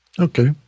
Okay